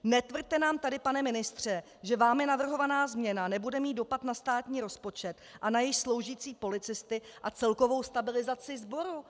Netvrďte nám tady, pane ministře, že vámi navrhovaná změna nebude mít dopad na státní rozpočet a na již sloužící policisty a celkovou stabilizaci sboru!